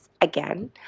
again